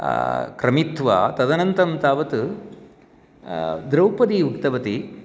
क्रमित्वा तदनन्तरं तावत् द्रौपदी उक्तवती